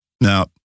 Now